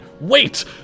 wait